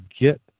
get